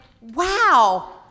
Wow